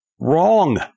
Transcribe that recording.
wrong